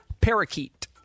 parakeet